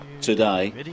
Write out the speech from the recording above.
today